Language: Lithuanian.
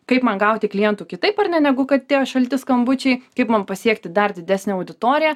kaip man gauti klientų kitaip ar ne negu kad tie šalti skambučiai kaip man pasiekti dar didesnę auditoriją